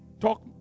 talk